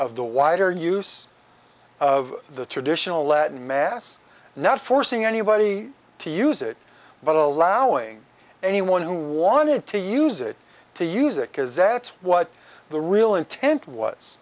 of the wider use of the traditional latin mass not forcing anybody to use it but allowing anyone who wanted to use it to use it because that's what the real intent was